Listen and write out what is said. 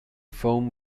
foam